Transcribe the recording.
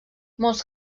molts